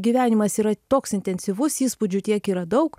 gyvenimas yra toks intensyvus įspūdžių tiek yra daug